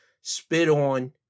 spit-on